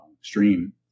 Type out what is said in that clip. stream